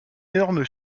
énorme